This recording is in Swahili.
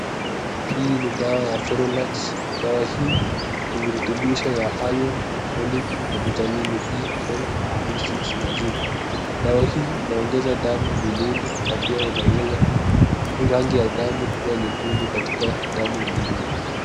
Hii ni dawa ya ferolax dawa hii ni virutubishi ya iron, folic vitamin b12,b6 zinc , dawa hii inaongeza damu mwilini, na pia inaongeza rangi ya damu kuwa nyekundu katika damu mwilini.